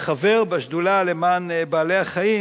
חבר בשדולה למען בעלי-החיים,